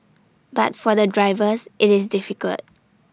but for the drivers IT is difficult